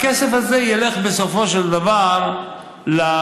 הכסף הזה ילך בסופו של דבר לבינוי.